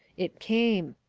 it came.